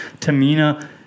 Tamina